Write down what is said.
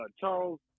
Charles